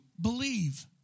believe